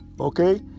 okay